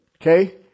Okay